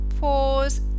Pause